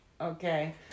okay